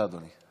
בבקשה, אדוני.